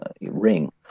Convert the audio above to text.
ring